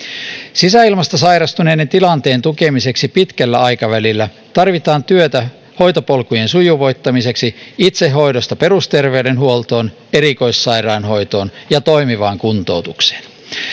sisäilmasta sairastuneiden tilanteen tukemiseksi pitkällä aikaväillä tarvitaan työtä hoitopolkujen sujuvoittamiseksi itsehoidosta perusterveydenhuoltoon erikoissairaanhoitoon ja toimivaan kuntoutukseen